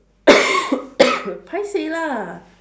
paiseh lah